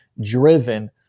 driven